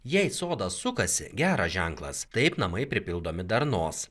jei sodas sukasi geras ženklas taip namai pripildomi darnos